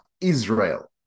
Israel